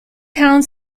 pound